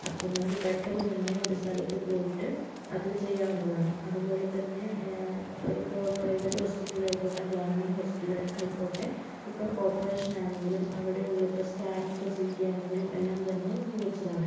അപ്പം നമുക്ക് പെട്ടന്ന് തന്നെ ഒരു സ്ഥലത്ത് പോയിട്ട് അത് ചെയ്യാവുന്നതാണ് അതുപോലെ തന്നെ ഇപ്പോൾ പ്രൈവറ്റ് ഹോസ്പിറ്റലിൽ ഇപ്പോൾ ഗവൺമെൻറ് ഹോസ്പിറ്റലിൽ ആയിക്കോട്ടെ ഇപ്പോൾ ഓപ്പറേഷൻ ആണെങ്കിലും അവിടെ ഉള്ള സ്കാനിംഗ് ഫെസിലിറ്റിസ് ആണെങ്കിലും എല്ലാം തന്നെ മികച്ചതാണ്